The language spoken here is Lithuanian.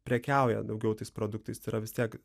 prekiauja daugiau tais produktais tai yra vis tiek